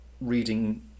reading